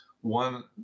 one